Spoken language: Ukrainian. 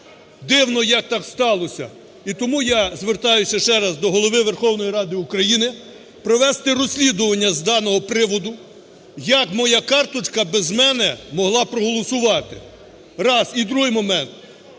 Дивно, як так сталося. І тому я звертаюся ще раз до Голови Верховної Ради України провести розслідування з даного приводу, як моя карточка без мене могла проголосувати. Раз. І другий момент.